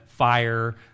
fire